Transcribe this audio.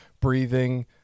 breathing